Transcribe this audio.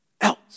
else